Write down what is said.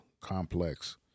complex